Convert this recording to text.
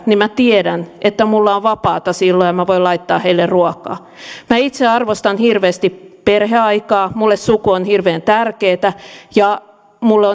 niin minä tiedän että minulla on vapaata silloin ja minä voin laittaa heille ruokaa minä itse arvostan hirveästi perheaikaa minulle suku on hirveän tärkeä ja minulle